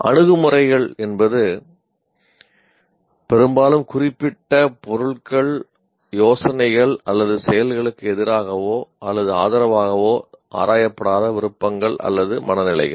அணுகுமுறைகள் என்பது பெரும்பாலும் குறிப்பிட்ட பொருள்கள் யோசனைகள் அல்லது செயல்களுக்கு எதிராகவோ அல்லது ஆதரவாகவோ ஆராயப்படாத விருப்பங்கள் அல்லது மனநிலைகள்